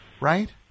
Right